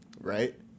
Right